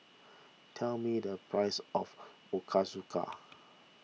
tell me the price of Ochazuke